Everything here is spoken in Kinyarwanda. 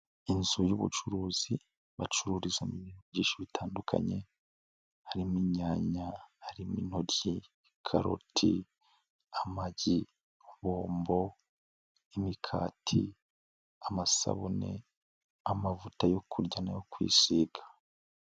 Inzu y'ubucuruzi bacururizaou ibintu byinshi bitandukanye, harimo inyanya harimo intoryi, karoti, amagi, bombo imikati, amasabune amavuta yo kuryayo kwisiga.